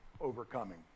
overcoming